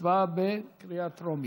ההצבעה בקריאה טרומית.